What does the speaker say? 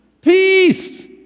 Peace